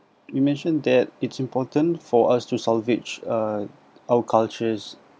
you mentioned that it's important for us to salvage uh our cultures